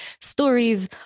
stories